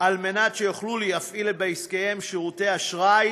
כדי שיוכלו להפעיל בעסקיהם שירותי אשראי,